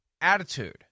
attitude